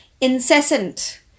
incessant